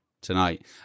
tonight